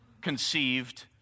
conceived